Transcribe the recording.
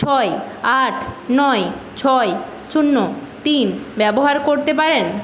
ছয় আট নয় ছয় শূন্য তিন ব্যবহার করতে পারেন